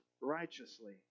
righteously